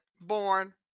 born